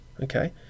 okay